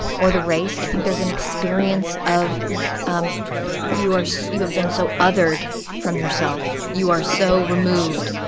or the race. i think there's an experience of um you are so you have been so othered from yourself. you are so removed,